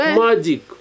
magic